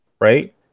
right